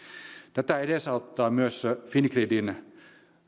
tätä edesauttaa myös fingridin